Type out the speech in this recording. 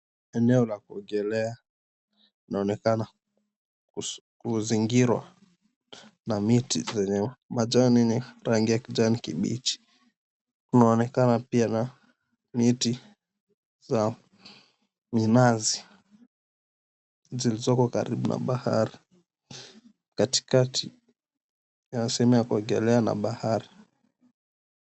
Eneo la kuogelea linaonekana kuzingirwa na miti zenye majani ni rangi ya kijani kibichi. Kunaonekana pia miti za minazi zilizoko karibu na bahari. Katikati ni sehemu ya kuogelea na bahari.